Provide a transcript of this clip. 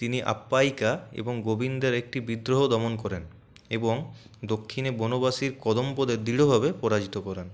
তিনি আপ্যায়িকা এবং গোবিন্দের একটি বিদ্রোহ দমন করেন এবং দক্ষিণে বনবাসী কদম্বদের দৃঢ়ভাবে পরাজিত করেন